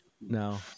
No